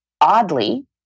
oddly